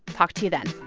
talk to you then